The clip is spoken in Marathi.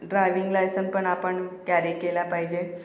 ड्रायव्हिंग लायसन पण आपण कॅरी केला पाहिजे